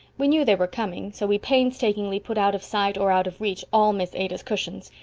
we knew they were coming, so we painstakingly put out of sight or out of reach all miss ada's cushions.